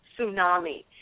Tsunami